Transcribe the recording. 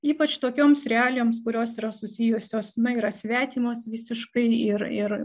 ypač tokioms realijoms kurios yra susijusios yra svetimos visiškai ir ir